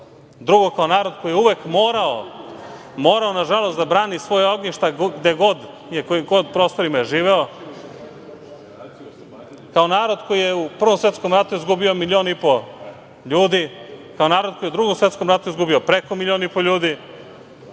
Drugo, kao narod koji je uvek morao, morao nažalost da brani svoja ognjišta gde god je živeo. Kao narod koji je u Prvom svetskom ratu izgubio milion i po ljudi. Kao narod koji je u Drugom svetskom ratu izgubio preko milion i po ljudi.